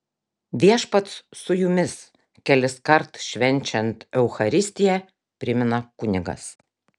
viešpats su jumis keliskart švenčiant eucharistiją primena kunigas